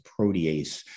protease